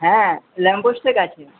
হ্যাঁ ল্যাম্পপোস্টের কাছে